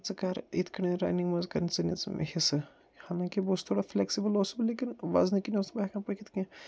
ژٕ کر یِتھ کٔنۍ رنٛگ منٛز کر ژٕ نِس مےٚ حِصہٕ حالانکہِ بہٕ اوسُس تھوڑا فِلیکسبٕل اوسُس بہٕ لیکِن وزنہٕ کِنۍ اوسُس نہٕ بہٕ ہٮ۪کان پٔکِتھ کیٚنٛہہ